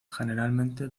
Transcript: generalmente